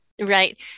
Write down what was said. Right